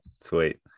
Sweet